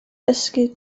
dysgu